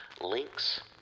Links